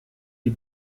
die